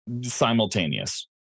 simultaneous